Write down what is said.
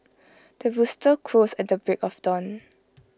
the rooster crows at the break of dawn